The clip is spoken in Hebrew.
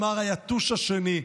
אמר היתוש השני.